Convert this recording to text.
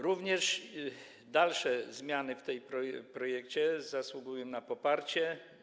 Również dalsze zmiany w tym projekcie zasługują na poparcie.